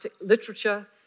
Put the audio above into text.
literature